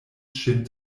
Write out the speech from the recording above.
ŝin